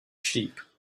sheep